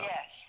Yes